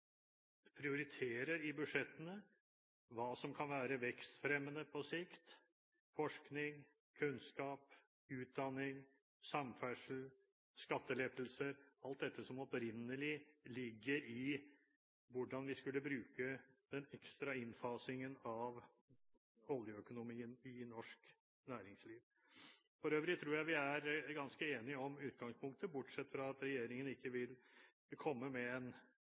prioriterer i budsjettene, hva som kan være vekstfremmende på sikt, forskning, kunnskap, utdanning, samferdsel, skattelettelser – alt dette som opprinnelig ligger i hvordan vi skulle bruke den ekstra innfasingen av oljeøkonomien i norsk næringsliv. For øvrig tror jeg vi er ganske enige om utgangspunktet, bortsett fra at regjeringen ikke vil komme med en